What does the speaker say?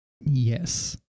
yes